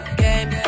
game